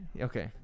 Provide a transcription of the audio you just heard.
Okay